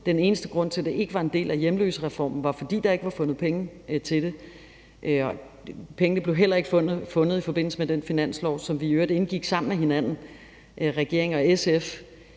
den eneste grund til, at det ikke var en del af hjemløsereformen, var, at der ikke var fundet penge til det. Og pengene blev heller ikke fundet i forbindelse med den finanslov, som vi i øvrigt indgik sammen med hinanden, regeringen og SF,